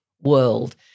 world